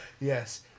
Yes